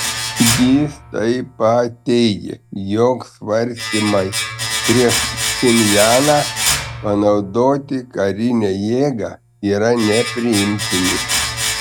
jis taip pat teigė jog svarstymai prieš pchenjaną panaudoti karinę jėgą yra nepriimtini